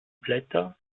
blätter